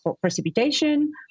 precipitation